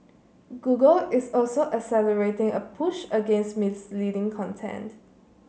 Google is also accelerating a push against misleading content